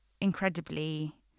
incredibly